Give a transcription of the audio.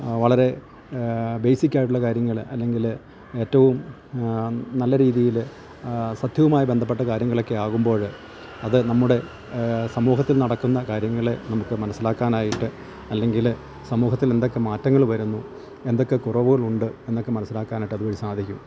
വളരെ ബേസിക്കായിട്ടുള്ള കാര്യങ്ങള് അല്ലെങ്കില് ഏറ്റവും നല്ല രീതിയില് സത്യവുമായി ബന്ധപ്പെട്ട കാര്യങ്ങളെക്കെ ആകുമ്പോഴ് അത് നമ്മുടെ സമൂഹത്തിൽ നടക്കുന്ന കാര്യങ്ങളെ നമുക്ക് മനസ്സിലാക്കാനായിട്ട് അല്ലെങ്കില് സമൂഹത്തിൽ എന്തൊക്കെ മാറ്റങ്ങള് വരുന്നു എന്തൊക്കെ കുറവുകളുണ്ട് എന്നൊക്കെ മനസ്സിലാക്കാനായിട്ട് ഇതുവഴി സാധിക്കും